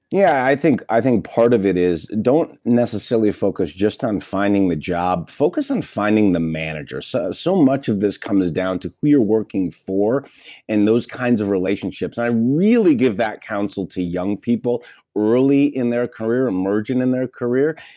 yeah i think i think part of it is don't necessarily focus just on finding the job, focus on finding the manager. so so much of this comes down to who you're working for and those kinds of relationships. i really give that counsel to young people early in their career, emergent in their career.